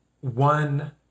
one